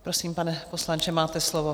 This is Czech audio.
Prosím, pane poslanče, máte slovo.